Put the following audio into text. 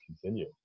continue